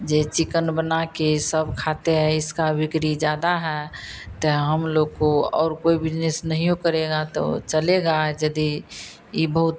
ये चिकन बनाकर सब खाते हैं इसकी बिक्री ज़्यादा है तो हम लोग को और कोई बिजनेस नहीं वो करेंगे तो चलेगा यदि ई बहुत